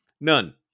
None